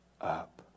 up